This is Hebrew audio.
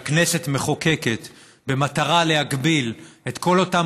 הכנסת מחוקקת במטרה להגביל את כל אותם